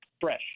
fresh